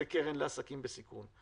זה קרן לעסקים בסיכון,